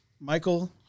Michael